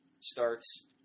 starts